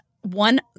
one